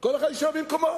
כל אחד יישאר במקומו.